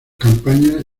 campañas